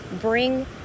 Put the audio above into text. bring